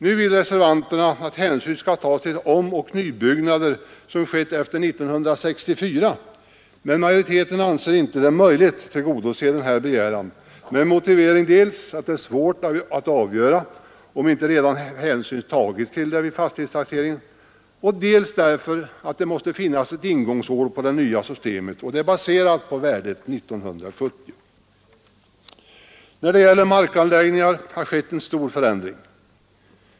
Nu vill reservanterna att hänsyn skall tas till omoch nybyggnader som skett efter 1964, men majoriteten anser det inte möjligt att tillgodose denna begäran. Som motivering anför man dels att det är svårt att avgöra om inte redan hänsyn tagits därtill vid fastighetstaxeringen, dels att det måste finnas ett ingångsår för det nya systemet, som är baserat på värdet år 1970. När det gäller markanläggningar har en stor förändring skett.